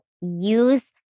use